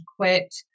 quit